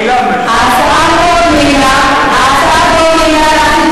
הקצאה יעילה, ההצעה מאוד יעילה.